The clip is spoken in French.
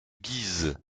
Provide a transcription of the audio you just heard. guise